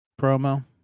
promo